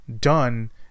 done